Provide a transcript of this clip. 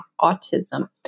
autism